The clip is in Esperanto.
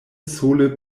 sole